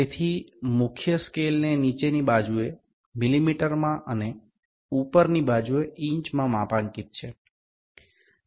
તેથી મુખ્ય સ્કેલને નીચેની બાજુએ મિલિમીટરમાં અને ઉપરની બાજુએ ઇંચમાં માપાંકિત છે